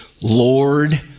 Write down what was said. Lord